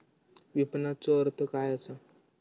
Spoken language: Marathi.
विपणनचो अर्थ काय असा?